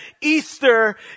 Easter